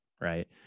Right